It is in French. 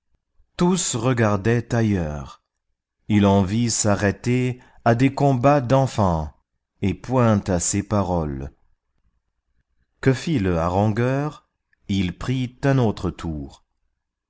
tous regardaient ailleurs il en vit s'arrêter à des combats d'enfants et point à ses paroles que fit le harangueur il prit un autre tour